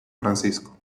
francisco